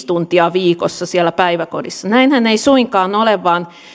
tuntia viikossa siellä päiväkodissa näinhän ei suinkaan ole vaan